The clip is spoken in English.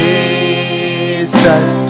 Jesus